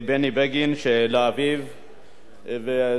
שלאביו בגין,